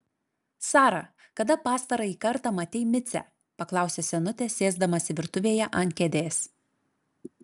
sara kada pastarąjį kartą matei micę paklausė senutė sėsdamasi virtuvėje ant kėdės